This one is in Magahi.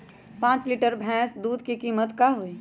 पाँच लीटर भेस दूध के कीमत का होई?